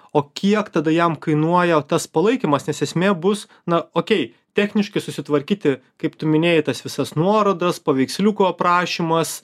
o kiek tada jam kainuoja tas palaikymas nes esmė bus na okei techniškai susitvarkyti kaip tu minėjai tas visas nuorodas paveiksliuko aprašymas